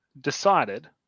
decided